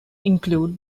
include